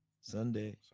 Sunday